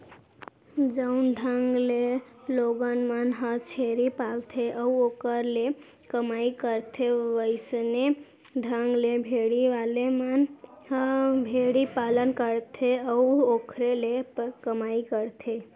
जउन ढंग ले लोगन मन ह छेरी पालथे अउ ओखर ले कमई करथे वइसने ढंग ले भेड़ी वाले मन ह भेड़ी पालन करथे अउ ओखरे ले कमई करथे